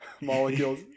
molecules